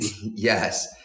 Yes